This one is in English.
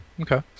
okay